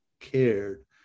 cared